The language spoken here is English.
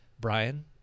Brian